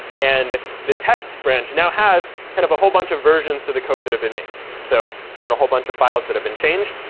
and the tests branch now has kind of a whole bunch of versions to the code that have been made so it's got a whole bunch of files that have been changed,